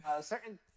certain